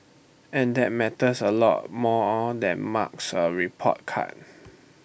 and that matters A lot more or than marks A report card